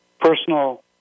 personal